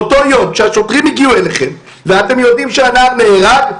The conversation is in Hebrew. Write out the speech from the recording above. כשהשוטרים הגיעו אליכם ואתם יודעים שאדם נהרג,